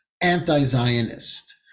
anti-Zionist